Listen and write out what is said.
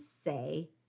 say